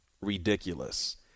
ridiculous